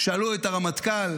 שאלו את הרמטכ"ל: